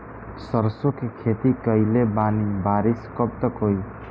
सरसों के खेती कईले बानी बारिश कब तक होई?